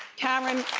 karen,